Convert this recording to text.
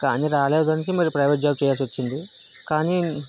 కానీ రాలేదు అనేసి మరి ప్రైవేట్ జాబ్ చేయాల్సి వచ్చింది కానీ